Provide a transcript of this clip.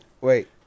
Wait